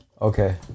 Okay